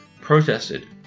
protested